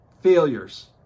failures